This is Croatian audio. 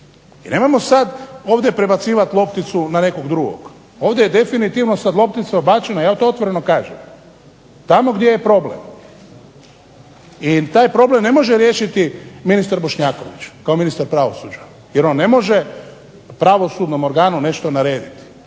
nemojmo sad ovdje prebacivati lopticu na nekog drugog. Ovdje je definitivno sad loptica ubačena, ja to otvoreno kažem tamo gdje je problem. I taj problem ne može riješiti ministar Bošnjaković kao ministar pravosuđa, jer on ne može pravosudnom organu nešto narediti.